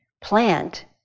plant